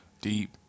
deep